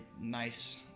nice